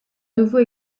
nouveau